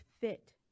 fit